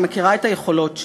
אני מכירה את היכולות שלו,